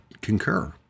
concur